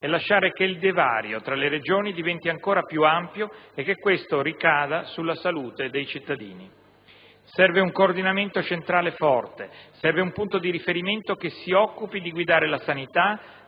e lasciare che il divario tra le Regioni diventi ancora più ampio e che questo ricada sulla salute dei cittadini. Serve un coordinamento centrale forte, serve un punto di riferimento che si occupi di guidare la sanità,